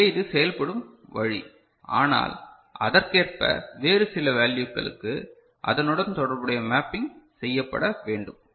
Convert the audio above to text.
எனவே இது செயல்படும் வழி ஆனால் அதற்கேற்ப வேறு சில வேல்யுக்களுக்கு அதனுடன் தொடர்புடைய மேப்பிங் செய்யப்பட வேண்டும்